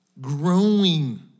growing